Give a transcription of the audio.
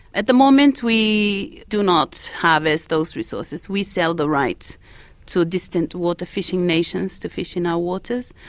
at the moment we do not harvest those resources. we sell the rights to distant water fishing nations to fish in our waters,